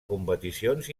competicions